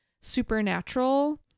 Supernatural